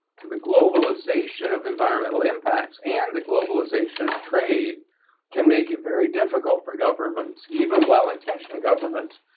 the globalization of environmental impacts and the globalization of trade can make it very difficult for governments, even well-intentioned governments,